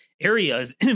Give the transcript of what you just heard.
areas